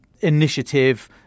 initiative